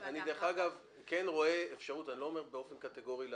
אני דרך אגב כן רואה אפשרות אני לא אומר באופן קטגורי לעשות,